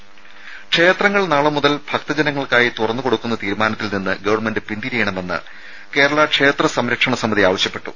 രുര ക്ഷേത്രങ്ങൾ നാളെ മുതൽ ഭക്തജനങ്ങൾക്കായി തുറന്നു കൊടുക്കുന്ന തീരുമാനത്തിൽനിന്ന് ഗവൺമെന്റ് പിന്തിരിയണമെന്ന് കേരള ക്ഷേത്ര സംരക്ഷണ സമിതി ആവശ്യപ്പെട്ടു